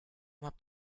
habt